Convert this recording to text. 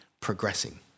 progressing